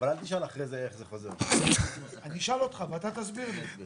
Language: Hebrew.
להשתמש בשנים הכי אקטואליות שיהיו באותה עת שזה 23',